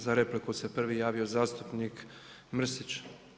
Za repliku se prvi javio zastupnik Mrsić.